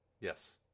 yes